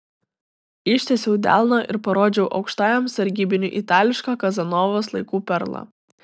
ištiesiau delną ir parodžiau aukštajam sargybiniui itališką kazanovos laikų perlą